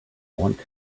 want